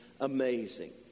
amazing